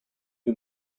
who